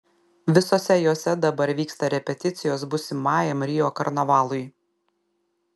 visose jose dabar vyksta repeticijos būsimajam rio karnavalui